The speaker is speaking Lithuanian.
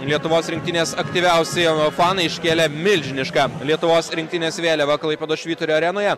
lietuvos rinktinės aktyviausi fanai iškėlė milžinišką lietuvos rinktinės vėliavą klaipėdos švyturio arenoje